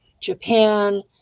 Japan